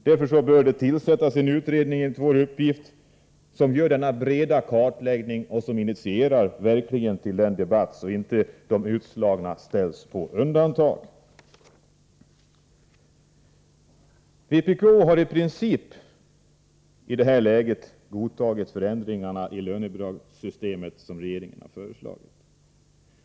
Därför bör det enligt vår uppfattning tillsättas en utredning som gör denna breda kartläggning och som initierar debatt, så att de utslagna inte ställs på undantag. Vpk hari det här läget i princip godtagit de förändringar av lönebidragssystemet som regeringen har föreslagit.